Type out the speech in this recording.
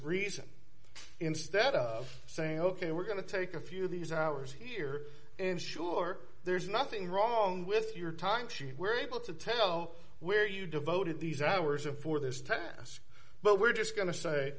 reason instead of saying ok we're going to take a few of these hours here and sure there's nothing wrong with your time she were able to tell where you devoted these hours of for this task but we're just go